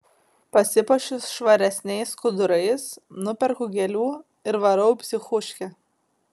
pasipuošiu švaresniais skudurais nuperku gėlių ir varau į psichuškę